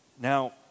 Now